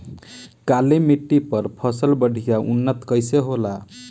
काली मिट्टी पर फसल बढ़िया उन्नत कैसे होला?